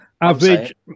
Average